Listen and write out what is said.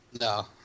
No